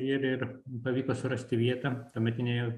ir ir pavyko surasti vietą tuometinėje